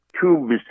tubes